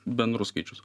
bendrus skaičius